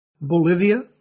Bolivia